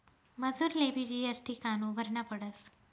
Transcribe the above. मजुरलेबी जी.एस.टी कामु भरना पडस?